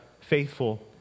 faithful